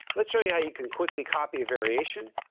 let's show you how you can quickly copy a variation.